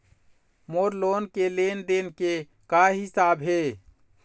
मोर loan के लेन देन के का हिसाब हे?